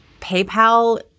PayPal